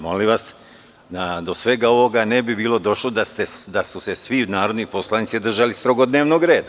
Molim vas, do svega ovoga ne bi došlo da su se svi narodni poslanici držali strogo dnevnog reda.